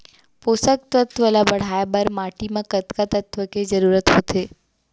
पोसक तत्व ला बढ़ाये बर माटी म कतका तत्व के जरूरत होथे?